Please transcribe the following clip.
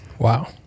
Wow